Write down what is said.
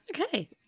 Okay